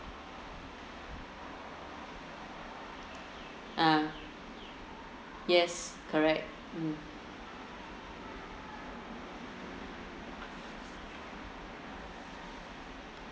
ah yes correct mm